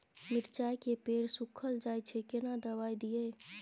मिर्चाय के पेड़ सुखल जाय छै केना दवाई दियै?